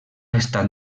estat